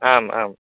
आम् आम्